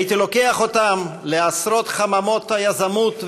הייתי לוקח אותם לעשרות חממות היזמות והסטרט-אפ,